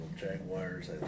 Jaguars